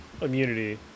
immunity